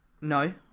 No